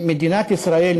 שמדינת ישראל,